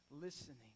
listening